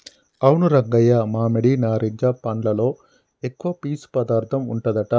అవును రంగయ్య మామిడి నారింజ పండ్లలో ఎక్కువ పీసు పదార్థం ఉంటదట